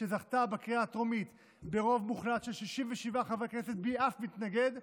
שזכתה בקריאה הטרומית ברוב מוחלט של 67 חברי כנסת בלי אף מתנגד,